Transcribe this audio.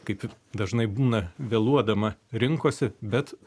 kaip ir dažnai būna vėluodama rinkosi bet